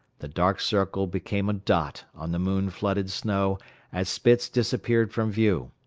the dark circle became a dot on the moon-flooded snow as spitz disappeared from view.